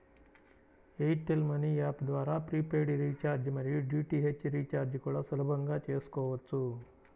air tell money app ద్వారా prepaid recharge మరియు DTH recharge కూడా సులభంగా చేసుకోవచ్చు